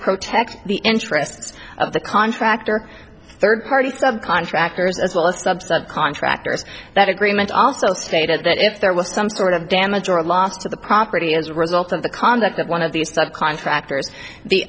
protect the interests of the contractor third party subcontractors as well as sub sub contractors that agreement also stated that if there was some sort of damage or loss to the property as a result of the conduct of one of these contractors the